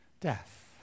Death